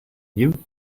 you